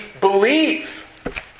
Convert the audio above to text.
believe